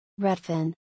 redfin